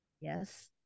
Yes